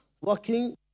working